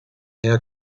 herr